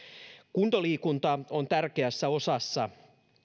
kuntoliikunta on tärkeässä osassa